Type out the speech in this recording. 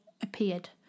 appeared